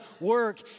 work